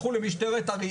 לכו למשטרת ישראל,